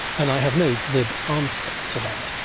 and i have no glib answer to that.